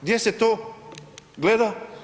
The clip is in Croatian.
Gdje se to gleda?